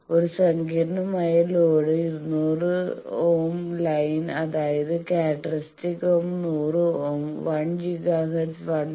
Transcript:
ഒരു സങ്കീർണ്ണമായ load 200 ohm line അതായത് characteristic ohm 100 ohm 1 giga hertz 1